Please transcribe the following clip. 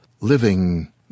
living